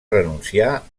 renunciar